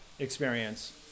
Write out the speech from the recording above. experience